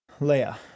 Leia